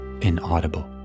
inaudible